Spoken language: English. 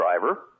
driver